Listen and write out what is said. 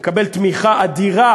הוא מקבל תמיכה אדירה